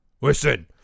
Listen